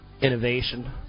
innovation